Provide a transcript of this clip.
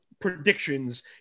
predictions